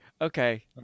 okay